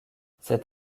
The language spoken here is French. cet